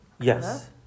Yes